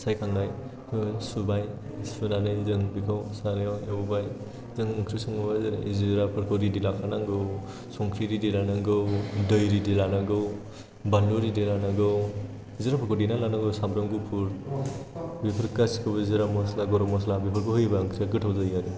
सायखांनायखौ सुबाय सुनानै जों बेखौ सारायाव एवबाय जों ओंख्रि सङोबा जों जिराफोरखौ रेडि लाखानांगौ संख्रि रेडि लानांगौ दै रेडि लानांगौ बानलु रेडि लानांगौ जिराफोरखौ देनानै लानांगौ साम्ब्राम गुफुर बेफोर गासैखौबो जिरा मस्ला गरम मस्ला बेफोरखौ होयोबा ओंख्रिया गोथाव जायो आरो